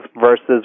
versus